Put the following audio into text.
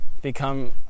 become